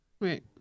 Right